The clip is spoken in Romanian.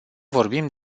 vorbim